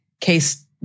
case